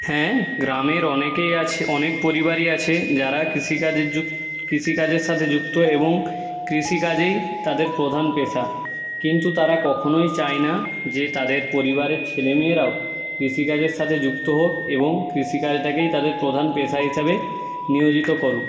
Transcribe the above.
হ্যাঁ গ্রামের অনেকেই আছে অনেক পরিবারই আছে যারা কৃষিকাজে যুক্ কৃষিকাজের সাথে যুক্ত এবং কৃষি কাজেই তাদের প্রধান পেশা কিন্তু তারা কখনোই চাই না যে তাদের পরিবারের ছেলেমেয়েরাও কৃষিকাজের সাথে যুক্ত হোক এবং কৃষিকাজটাকেই তাদের প্রধান পেশা হিসাবে নিয়োজিত করুক